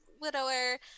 widower